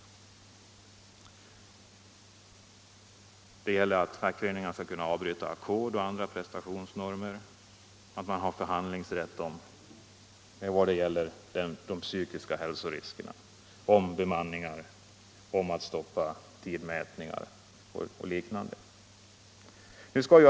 Vidare bör lagfästas att fackföreningarna skall kunna avbryta ackord och andra prestationsnormer, att det skall finnas förhandlingsrätt om de psykiska hälsoriskerna, om bemanning och om stopp för tidmätningar och liknande.